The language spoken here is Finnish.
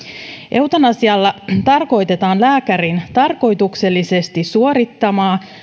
eutanasialla tarkoitetaan lääkärin tarkoituksellisesti suorittamaa